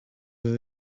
sie